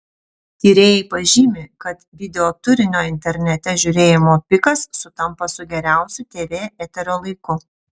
tyrėjai pažymi kad videoturinio internete žiūrėjimo pikas sutampa su geriausiu tv eterio laiku